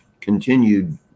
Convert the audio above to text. continued